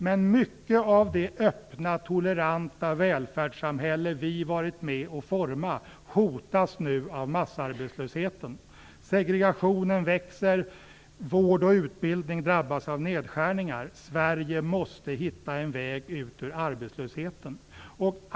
Men mycket av det öppna, toleranta välfärdssamhälle vi varit med att forma hotas nu av massarbetslösheten. Segregationen växer och vård och utbildning drabbas av nedskärningar. Sverige måste hitta en väg ut ur arbetslösheten.